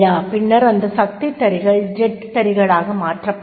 பின்னர் அந்த சக்தி தறிகள் ஜெட் தறி களாக மாற்றப்பட்டன